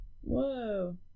Whoa